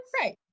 Right